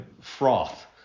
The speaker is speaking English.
froth